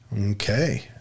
Okay